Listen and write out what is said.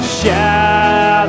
shout